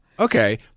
Okay